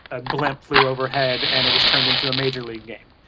a blimp flew overhead and it was turned into a major league game.